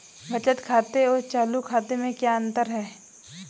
बचत खाते और चालू खाते में क्या अंतर है?